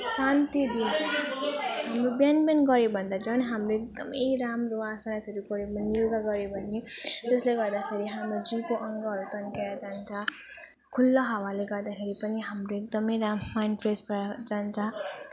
शान्ति दिन्छ हाम्रो बिहान बिहान गऱ्यो भन्दा झन् हाम्रो एकदम राम्रो आसनहरू गर्यो भने योगा गर्यो भने त्यसले गर्दाखेरि हाम्रो जिउको अङ्गहरू तन्केर जान्छ खुला हावाले गर्दाखेरि पनि हाम्रो एकदम राम्रो माइन्ड फ्रेस भएर जान्छ